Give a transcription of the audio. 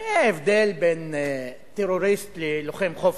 ראה הבדל בין "טרוריסט" ל"לוחם חופש".